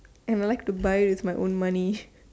and I like to buy with my own money